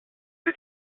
did